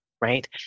right